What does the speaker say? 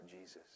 Jesus